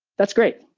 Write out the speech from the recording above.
that's great.